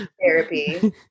therapy